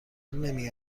نمی